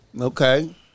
Okay